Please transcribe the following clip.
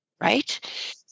right